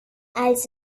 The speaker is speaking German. als